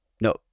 No